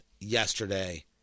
yesterday